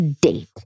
date